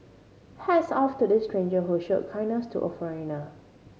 hats off to this stranger who showed kindness to a foreigner